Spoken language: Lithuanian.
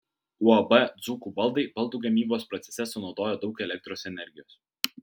uab dzūkų baldai baldų gamybos procese sunaudoja daug elektros energijos